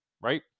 right